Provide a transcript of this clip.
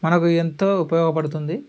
మనకు ఎంతో ఉపయోగపడుతుంది